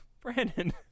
Brandon